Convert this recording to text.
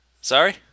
Sorry